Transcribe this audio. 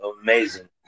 amazing